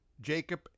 Jacob